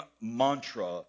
mantra